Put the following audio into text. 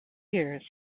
years